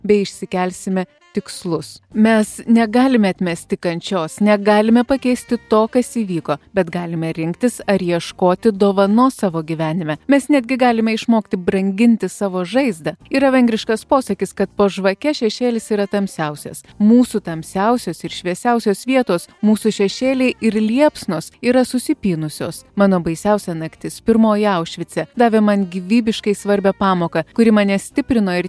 bei išsikelsime tikslus mes negalime atmesti kančios negalime pakeisti to kas įvyko bet galime rinktis ar ieškoti dovanos savo gyvenime mes netgi galime išmokti branginti savo žaizdą yra vengriškas posakis kad po žvake šešėlis yra tamsiausias mūsų tamsiausios ir šviesiausios vietos mūsų šešėliai ir liepsnos yra susipynusios mano baisiausia naktis pirmoji aušvice davė man gyvybiškai svarbią pamoką kuri mane stiprino ir